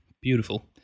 beautiful